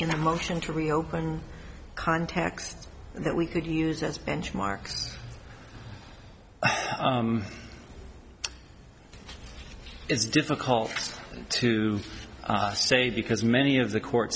a motion to reopen contacts that we could use as benchmarks it's difficult to say because many of the court